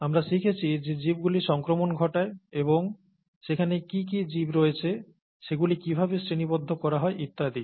আমরা শিখেছি যে জীবগুলি সংক্রমণ ঘটায় এবং সেখানে কী কী জীব রয়েছে সেগুলি কীভাবে শ্রেণিবদ্ধ করা হয় ইত্যাদি